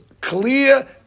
clear